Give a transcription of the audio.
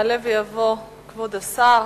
יעלה ויבוא כבוד השר.